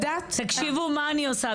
תקשיבו מה אני עושה,